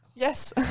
Yes